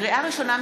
לקריאה ראשונה,